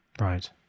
right